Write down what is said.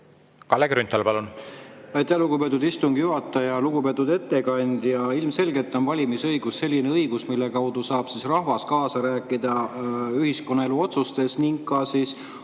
Kalle Grünthal, palun! Aitäh, lugupeetud istungi juhataja! Lugupeetud ettekandja! Ilmselgelt on valimisõigus selline õigus, mille kaudu saab rahvas kaasa rääkida ühiskonnaelu otsustes ning osaleda